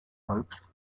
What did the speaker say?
hopes